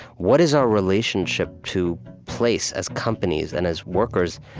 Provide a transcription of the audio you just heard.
what is our relationship to place as companies and as workers?